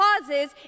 causes